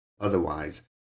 Otherwise